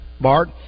Bart